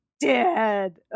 dead